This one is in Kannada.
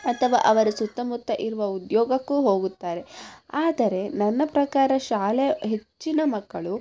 ಅಥವಾ ಅವರ ಸುತ್ತಮುತ್ತ ಇರುವ ಉದ್ಯೋಗಕ್ಕೂ ಹೋಗುತ್ತಾರೆ ಆದರೆ ನನ್ನ ಪ್ರಕಾರ ಶಾಲೆ ಹೆಚ್ಚಿನ ಮಕ್ಕಳು